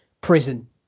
prison